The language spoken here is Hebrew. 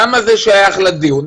למה זה שייך לדיון?